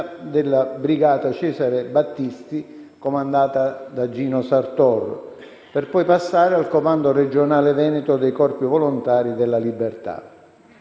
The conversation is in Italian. della brigata Cesare Battisti, comandata da Gino Sartor, per poi passare al comando regionale veneto del Corpo volontari della libertà.